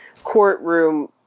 courtroom